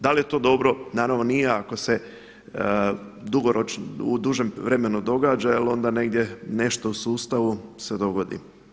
Da li je to dobro, naravno nije ako se u dužem vremenu događa jer onda negdje nešto u sustavu se dogodi.